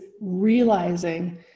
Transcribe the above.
realizing